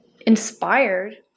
inspired